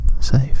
safe